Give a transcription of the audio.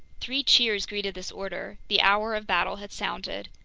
three cheers greeted this order. the hour of battle had sounded.